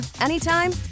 anytime